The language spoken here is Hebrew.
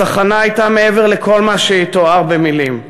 הצחנה הייתה מעבר לכל מה שיתואר במילים.